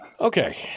Okay